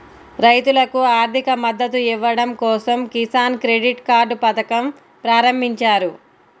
రైతులకు ఆర్థిక మద్దతు ఇవ్వడం కోసం కిసాన్ క్రెడిట్ కార్డ్ పథకం ప్రారంభించారు